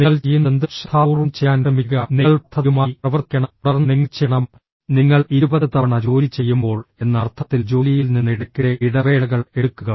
നിങ്ങൾ ചെയ്യുന്നതെന്തും ശ്രദ്ധാപൂർവ്വം ചെയ്യാൻ ശ്രമിക്കുക നിങ്ങൾ പദ്ധതിയുമായി പ്രവർത്തിക്കണം തുടർന്ന് നിങ്ങൾ ചെയ്യണം നിങ്ങൾ ഇരുപത് തവണ ജോലി ചെയ്യുമ്പോൾ എന്ന അർത്ഥത്തിൽ ജോലിയിൽ നിന്ന് ഇടയ്ക്കിടെ ഇടവേളകൾ എടുക്കുക